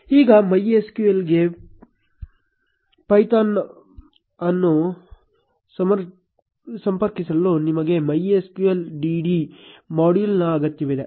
ಈಗ MySQL ಗೆ Python ಅನ್ನು ಸಂಪರ್ಕಿಸಲು ನಮಗೆ MySQL dd ಮಾಡ್ಯೂಲ್ ಅಗತ್ಯವಿದೆ